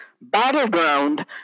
battleground